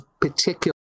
particular